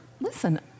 Listen